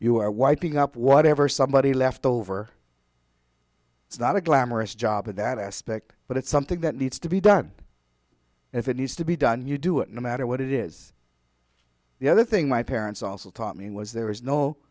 you are wiping up whatever somebody's leftover it's not a glamorous job in that aspect but it's something that needs to be done and if it needs to be done you do it no matter what it is the other thing my parents also taught me was there is no